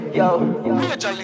yo